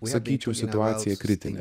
sakyčiau situacija kritinė